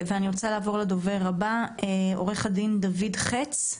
אני רוצה לעבור לדובר הבא, עורך הדין דוד חץ,